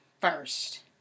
first